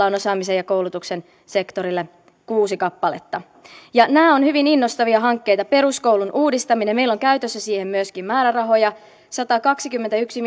on osaamisen ja koulutuksen sektorille kuusi kappaletta nämä ovat hyvin innostavia hankkeita peruskoulun uudistaminen meillä on käytössä siihen myöskin määrärahoja satakaksikymmentäyksi